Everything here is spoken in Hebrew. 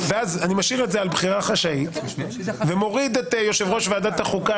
משאיר את זה על בחירה חשאית ומוריד את יושב ראש ועדת החוקה